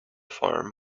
farm